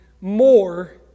more